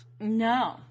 No